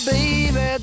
Baby